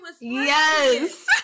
Yes